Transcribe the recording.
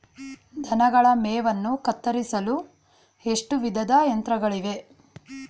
ದನಗಳ ಮೇವನ್ನು ಕತ್ತರಿಸಲು ಎಷ್ಟು ವಿಧದ ಯಂತ್ರಗಳಿವೆ?